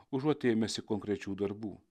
užuot ėmęsi konkrečių darbų